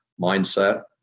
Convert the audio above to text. mindset